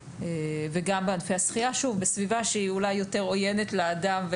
וגם ענפי השחייה סביבה שהיא יותר עוינת ויותר לבני אדם;